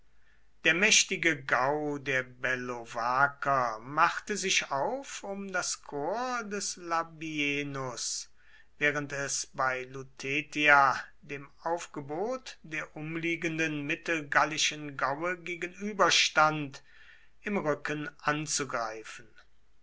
der mächtige gau der bellovaker machte sich auf um das korps des labienus während es bei lutetia dem aufgebot der umliegenden mittelgallischen gaue gegenüberstand im rücken anzugreifen